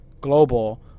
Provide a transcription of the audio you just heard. global